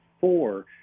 four